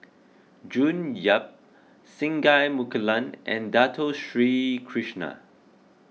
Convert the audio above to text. June Yap Singai Mukilan and Dato Sri Krishna